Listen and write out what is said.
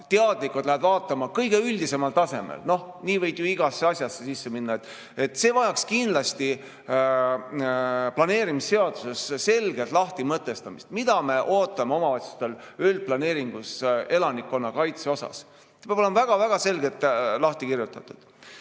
teadlikult lähed vaatama kõige üldisemal tasemel. No nii võid ju igasse asjasse sisse minna. See vajaks kindlasti planeerimisseaduses selgelt lahtimõtestamist, mida me ootame omavalitsustelt üldplaneeringus elanikkonnakaitse osas. See peab olema väga selgelt lahti kirjutatud. Nüüd